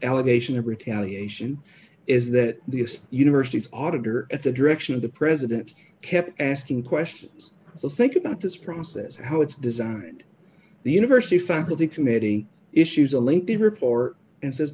allegation of retaliation is that the asst universities auditor at the direction of the president kept asking questions so think about this process how it's designed the university faculty committee issues a link to her pore and says